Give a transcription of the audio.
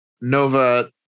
Nova